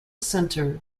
center